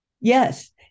Yes